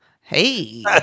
Hey